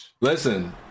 Listen